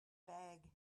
bag